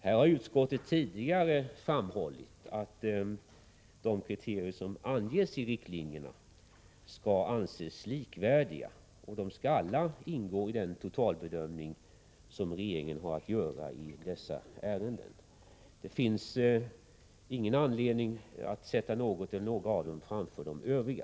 Här har utskottet tidigare framhållit att de kriterier som anges i riktlinjerna skall anses likvärdiga och att alla ingår i den totalbedömning som regeringen har att göra i dessa ärenden. Det finns ingen anledning att sätta någon eller några av dem framför de övriga.